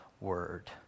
word